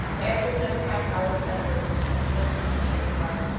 after another half hour's effort paynter had occasion to remark,